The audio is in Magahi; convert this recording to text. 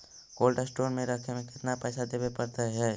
कोल्ड स्टोर में रखे में केतना पैसा देवे पड़तै है?